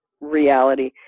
reality